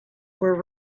were